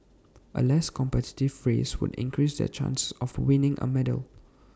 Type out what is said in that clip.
A less competitive race would increase their chances of winning A medal